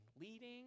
leading